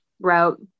route